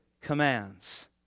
commands